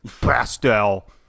pastel